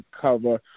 cover